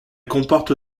comporte